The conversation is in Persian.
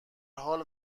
حال